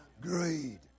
Greed